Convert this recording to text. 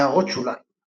הערות שוליים ==